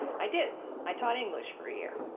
i did. i taught english for a year.